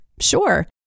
Sure